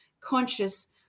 conscious